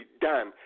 done